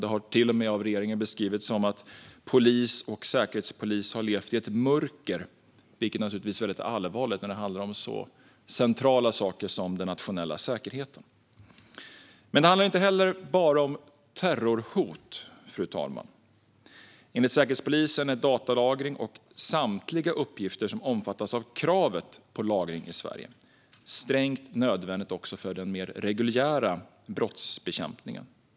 Det har av regeringen till och med beskrivits som att polis och säkerhetspolis har levt i ett mörker, vilket naturligtvis är väldigt allvarligt när det handlar om så centrala saker som den nationella säkerheten. Men det handlar inte bara om terrorhot, fru talman. Enligt Säkerhetspolisen är datalagring, och samtliga uppgifter som omfattats av kravet på lagring i Sverige, strängt nödvändigt även för den mer reguljära brottsbekämpningen.